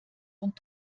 und